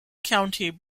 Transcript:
county